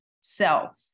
self